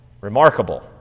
Remarkable